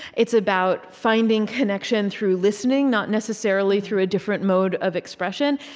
it's about finding connection through listening, not necessarily through a different mode of expression.